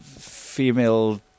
Female